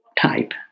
type